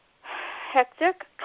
Hectic